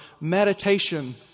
meditation